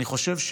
אני חושב,